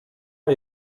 are